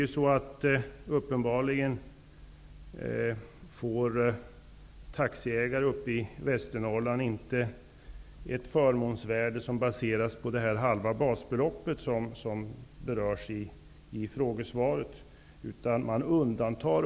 Uppenbarligen får taxiägare i Västernorrland inte ett förmånsvärde baserat på det halva basbelopp, som nämns i svaret, utan landsvägstrafiken undantas.